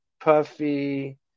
Puffy